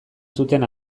zuten